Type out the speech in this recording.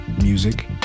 Music